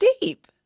deep